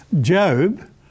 Job